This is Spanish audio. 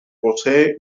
posee